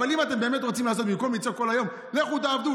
אבל אם אתם באמת רוצים לעשות במקום לצעוק כל היום: לכו תעבדו,